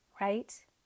right